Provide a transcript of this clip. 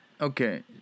Okay